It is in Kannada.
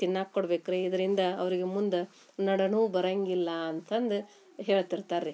ತಿನ್ನಕ್ಕೆ ಕೊಡ್ಬೇಕು ರೀ ಇದರಿಂದ ಅವ್ರಿಗೆ ಮುಂದೆ ನಡು ನೋವು ಬರೋಂಗಿಲ್ಲ ಅಂತಂದು ಹೇಳ್ತಿರ್ತಾರೆ ರೀ